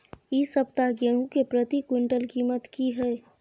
इ सप्ताह गेहूं के प्रति क्विंटल कीमत की हय?